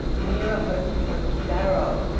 near a hokey-pokey barrow.